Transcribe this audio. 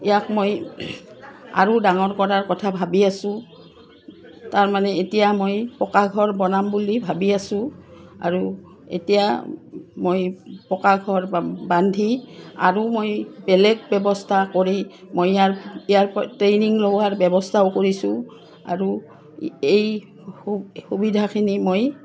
ইয়াক মই আৰু ডাঙৰ কৰাৰ কথা ভাবি আছোঁ তাৰমানে এতিয়া মই পকাঘৰ বনাম বুলি ভাবি আছোঁ আৰু এতিয়া মই পকাঘৰ বান্ধি আৰু মই বেলেগ ব্যৱস্থা কৰি মই ইয়াৰ ইয়াৰ ট্ৰেইনিং লোৱাৰ ব্যৱস্থাও কৰিছোঁ আৰু এই সুবিধাখিনি মই